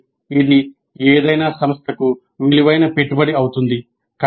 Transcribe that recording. కాబట్టి ఇది ఏదైనా సంస్థకు విలువైన పెట్టుబడి అవుతుంది